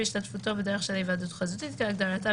בהשתתפותו בדרך של היוועדות חזותית כהגדרתה